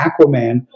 Aquaman